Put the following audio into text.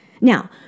Now